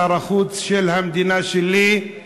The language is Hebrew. שר החוץ של המדינה שלי,